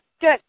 good